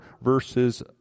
verses